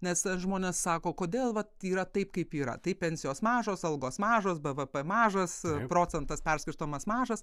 nes žmonės sako kodėl vat yra taip kaip yra tai pensijos mažos algos mažos bvp mažas procentas perskirstomas mažas